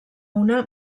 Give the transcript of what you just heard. una